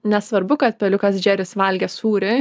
nesvarbu kad peliukas džeris valgė sūrį